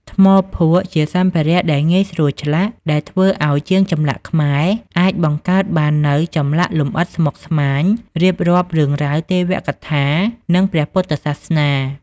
ថ្មភក់ជាសម្ភារៈដែលងាយស្រួលឆ្លាក់ ដែលធ្វើអោយជាងចម្លាក់ខ្មែរអាចបង្កើតបាននូវចម្លាក់លម្អិតស្មុគស្មាញ រៀបរាប់រឿងរ៉ាវទេវកថា និងព្រះពុទ្ធសាសនា។